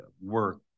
work